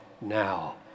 now